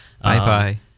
Bye-bye